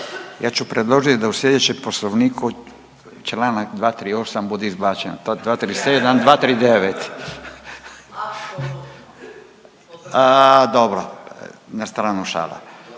Ja ću predložiti da u sljedećem Poslovniku članak 238. bude izbačen, 237., 239. Dobro, na stranu šala.